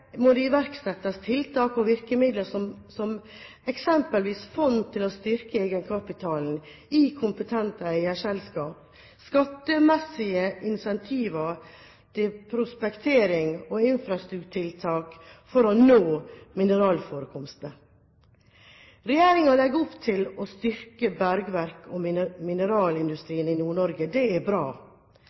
eksempelvis fond til å styrke egenkapitalen i kompetente eierselskap, skattemessige incentiver til prospektering og infrastrukturtiltak for å nå mineralforekomstene. Regjeringen legger opp til å styrke bergverks- og mineralindustrien i Nord-Norge. Det er bra.